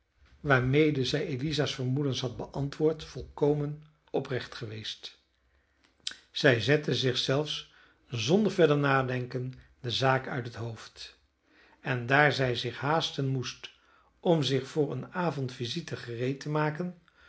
waarmede zij eliza's vermoedens had beantwoord volkomen oprecht geweest zij zette zich zelfs zonder verder nadenken de zaak uit het hoofd en daar zij zich haasten moest om zich voor eene avondvisite gereed te maken